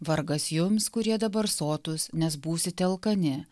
vargas jums kurie dabar sotūs nes būsite alkani